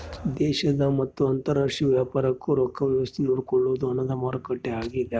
ದೇಶದ ಮತ್ತ ಅಂತರಾಷ್ಟ್ರೀಯ ವ್ಯಾಪಾರಕ್ ರೊಕ್ಕ ವ್ಯವಸ್ತೆ ನೋಡ್ಕೊಳೊದು ಹಣದ ಮಾರುಕಟ್ಟೆ ಆಗ್ಯಾದ